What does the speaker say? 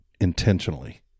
intentionally